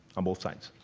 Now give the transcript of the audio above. on both sides.